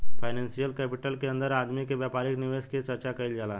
financial capital के अंदर आदमी के व्यापारिक निवेश के चर्चा कईल जाला